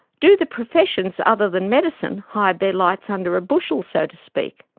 do the professions other than medicine hide their lights under a bushel, so to speak?